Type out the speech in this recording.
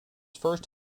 first